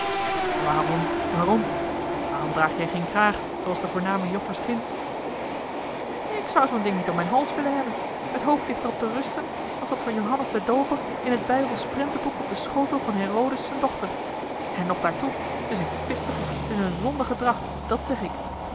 waarom waarom waarom draag jij geen kraag zooals de voorname joffers ginds ik zou zoo'n ding niet om mijn hals willen hebben t hoofd ligt er op te rusten als dat van johannes den dooper in t bijbelsch prentenboek op den schotel van herodes zijn dochter en nog daartoe t is eene kwistige t is eene zondige dracht dat zeg ik